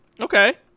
Okay